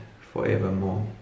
forevermore